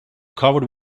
covered